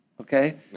okay